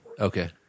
Okay